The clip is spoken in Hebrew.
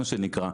מה שנקרא.